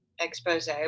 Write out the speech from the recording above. expose